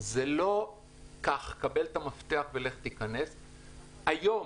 זה לא "קח את המפתח ותתחיל לעבוד".